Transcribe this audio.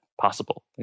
possible